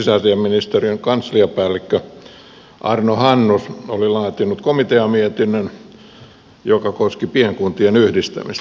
silloisen sisäasiainministeriön kansliapäällikkö arno hannus oli laatinut komiteamietinnön joka koski pienkuntien yhdistämistä